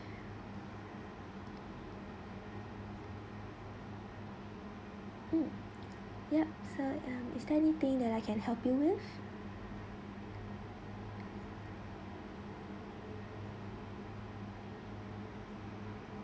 mm yup so um is there anything that I can help you with